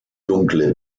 dunkle